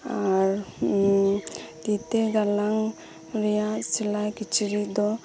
ᱛᱤ ᱛᱮ ᱜᱟᱞᱟᱝ ᱨᱮᱭᱟᱜ ᱥᱮᱞᱟᱭ ᱠᱤᱪᱨᱤᱪ ᱫᱚ